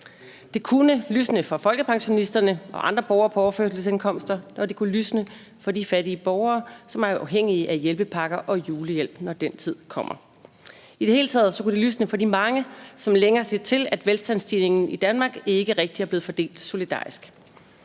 Det kunne lysne for folkepensionisterne og andre borgere på overførselsindkomster, og det kunne lysne for de fattige borgere, som er afhængige af hjælpepakker og julehjælp, når den tid kommer. I det hele taget kunne det lysne for de mange, som længe har set til, at velstandsstigningen i Danmark ikke rigtig er blevet fordelt solidarisk.